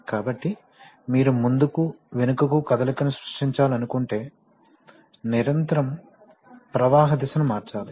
కాబట్టి మీరు ముందుకు వెనుకకు కదలికను సృష్టించాలనుకుంటే నిరంతరం ప్రవాహ దిశను మార్చాలి